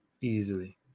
easily